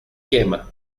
quema